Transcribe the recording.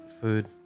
Food